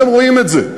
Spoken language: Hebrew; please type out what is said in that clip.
אתם רואים את זה.